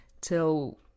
till